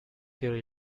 their